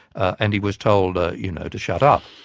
and he was told ah you know to shut up,